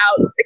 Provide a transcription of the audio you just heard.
out